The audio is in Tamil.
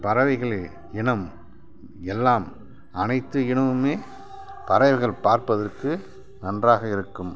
பறவைகளின் இனம் எல்லாம் அனைத்து இனமுமே பறவைகள் பார்ப்பதற்கு நன்றாக இருக்கும்